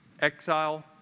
exile